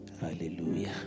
Hallelujah